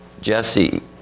Jesse